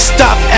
Stop